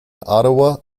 ottawa